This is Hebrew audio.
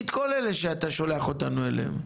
תביא את כל אלה שאתה שולח אותנו אליהם.